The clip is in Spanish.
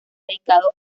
dedicado